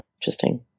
interesting